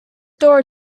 door